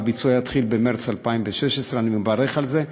והביצוע יתחיל במרס 2016. אני מברך על זה,